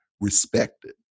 respected